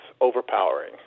overpowering